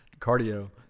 cardio